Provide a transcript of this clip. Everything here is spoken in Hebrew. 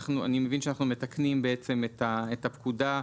אני מבין שאנחנו מתקנים בעצם את הפקודה.